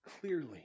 clearly